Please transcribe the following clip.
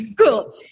Cool